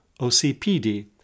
OCPD